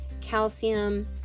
calcium